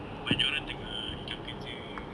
banyak orang tengah hilang kerja